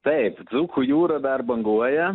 taip dzūkų jūra dar banguoja